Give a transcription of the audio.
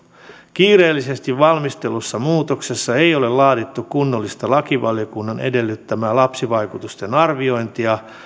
kiireellisesti valmistellussa muutoksessa ei ole laadittu kunnollista lakivaliokunnan edellyttämää lapsivaikutusten arviointia